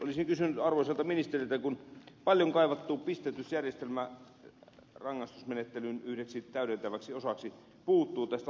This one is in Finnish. olisin kysynyt arvoisalta ministeriltä kun paljon kaivattu pisteytysjärjestelmä rangaistusmenettelyn yhdeksi täydentäväksi osaksi puuttuu tästä lakiesityksestä